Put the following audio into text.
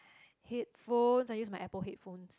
headphones I use my Apple headphones